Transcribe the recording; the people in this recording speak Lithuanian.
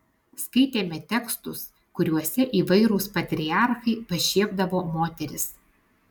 skaitėme tekstus kuriuose įvairūs patriarchai pašiepdavo moteris